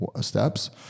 steps